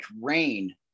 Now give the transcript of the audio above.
rain